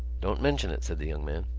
don't mention it, said the young man.